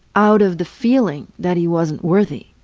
out of the feeling that he wasn't worthy